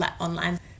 online